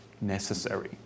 necessary